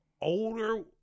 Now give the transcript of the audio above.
older